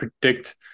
predict